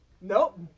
Nope